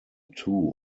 two